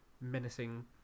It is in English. menacing